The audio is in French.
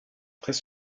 très